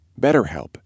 BetterHelp